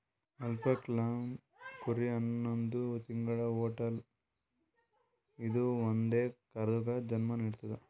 alpaca llama ಕುರಿ ಹನ್ನೊಂದ್ ತಿಂಗ್ಳ ಹೊಟ್ಟಲ್ ಇದ್ದೂ ಒಂದೇ ಕರುಗ್ ಜನ್ಮಾ ನಿಡ್ತದ್